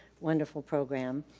wonderful program.